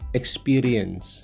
experience